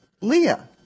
Leah